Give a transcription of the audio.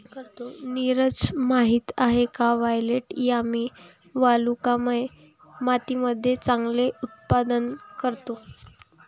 नीरज माहित आहे का वायलेट यामी वालुकामय मातीमध्ये चांगले उत्पादन करतो?